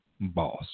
Boss